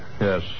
Yes